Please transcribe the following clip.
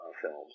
Films